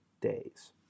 days